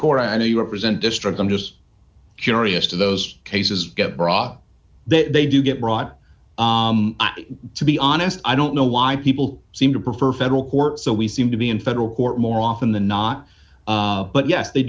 court i know you represent district i'm just curious to those cases brought up that they do get brought to be honest i don't know why people seem to prefer federal court so we seem to be in federal court more often than not but yes they